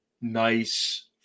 nice